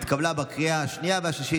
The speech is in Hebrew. התקבלה בקריאה השנייה והשלישית,